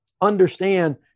understand